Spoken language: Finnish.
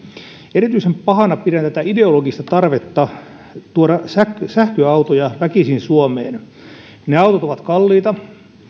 erityisen pahana pidän tätä ideologista tarvetta tuoda sähköautoja väkisin suomeen ne autot ovat kalliita